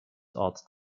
arzt